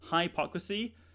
HYPOCRISY